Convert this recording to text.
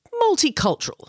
multicultural